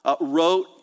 wrote